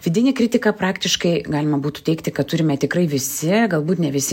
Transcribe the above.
vidinį kritiką praktiškai galima būtų teigti kad turime tikrai visi galbūt ne visi